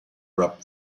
rub